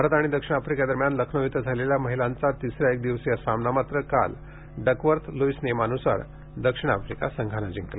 भारत आणि दक्षिण अफ्रिकेदरम्यान लखनौ इथं झालेला महिलांचा तिसरा एकदिवसीय सामना मात्र काल डकवर्थ लुइस नियमांनुसार दक्षिण अफ्रिका संघानं जिंकला